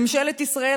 ממשלת ישראל,